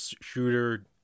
shooter